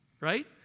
right